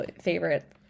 favorite